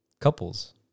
couples